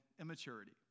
immaturity